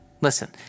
Listen